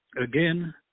again